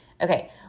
Okay